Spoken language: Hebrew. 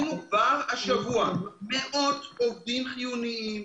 כבר השבוע ראינו מאות עובדים חיוניים,